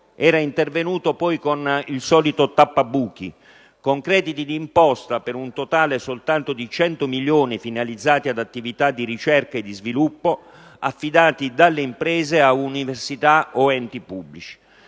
poi intervenuto con il solito tappabuchi, con crediti di imposta per un totale soltanto di 100 milioni finalizzati ad attività di ricerca e sviluppo affidate dalle imprese ad università o enti pubblici;